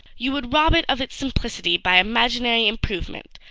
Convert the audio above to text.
you would rob it of its simplicity by imaginary improvement!